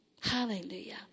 Hallelujah